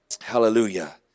hallelujah